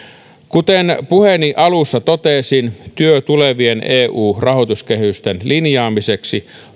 kuten puheeni alussa totesin työ tulevien eu rahoituskehysten linjaamiseksi